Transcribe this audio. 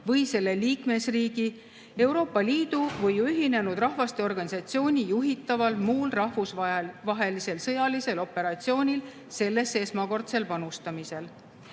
või selle liikmesriigi, Euroopa Liidu või Ühinenud Rahvaste Organisatsiooni juhitaval muul rahvusvahelisel sõjalisel operatsioonil sellesse esmakordsel panustamisel".